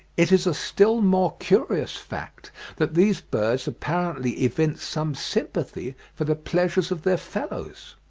it is a still more curious fact that these birds apparently evince some sympathy for the pleasures of their fellows.